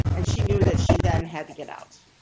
and she knew that she then had to get out.